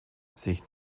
sich